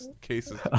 cases